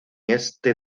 este